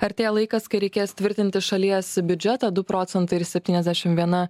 artėja laikas kai reikės tvirtinti šalies biudžetą du procentai ir septyniasdešim viena